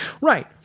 right